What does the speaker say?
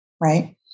right